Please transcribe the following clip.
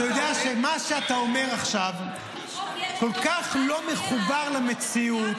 אתה יודע שמה שאתה אומר עכשיו כל כך לא מחובר למציאות